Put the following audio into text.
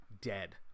dead